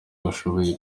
bashoboye